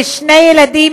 לשני ילדים,